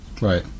Right